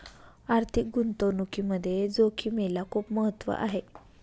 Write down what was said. आर्थिक गुंतवणुकीमध्ये जोखिमेला खूप महत्त्व आहे